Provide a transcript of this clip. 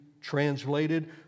translated